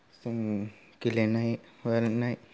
जों गेलेनाय मानाय